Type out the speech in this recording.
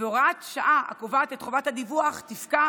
והוראת השעה הקובעת את חובת הדיווח תפקע